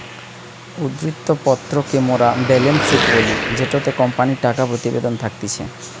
উদ্ধৃত্ত পত্র কে মোরা বেলেন্স শিট বলি জেটোতে কোম্পানির টাকা প্রতিবেদন থাকতিছে